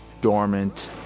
dormant